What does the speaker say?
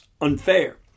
unfair